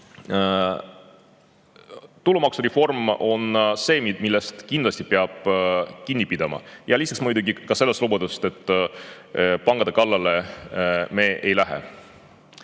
tulumaksureform on see, millest kindlasti peab kinni pidama. Ja lisaks muidugi ka see lubadus, et pankade kallale me ei